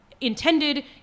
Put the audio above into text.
intended